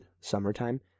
summertime